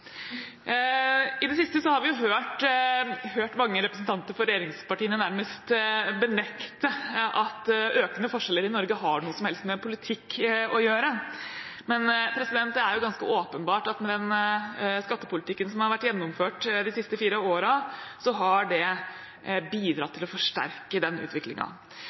I det siste har vi hørt mange representanter fra regjeringspartiene nærmest benekte at økende forskjeller i Norge har noe som helst med politikk å gjøre, men det er jo ganske åpenbart at den skattepolitikken som har vært gjennomført de siste fire årene, har bidratt til å forsterke den